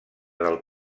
del